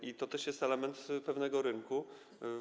I to też jest element pewnego rynku.